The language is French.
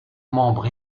membre